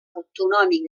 autonòmic